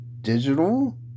digital